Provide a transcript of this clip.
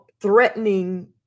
threatening